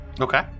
Okay